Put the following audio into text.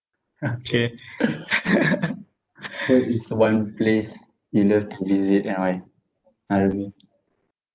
okay what is one place you love to visit and why arumi